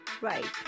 right